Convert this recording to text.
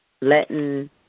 letting